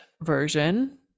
version